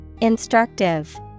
Instructive